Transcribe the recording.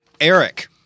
Eric